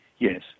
Yes